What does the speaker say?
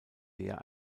der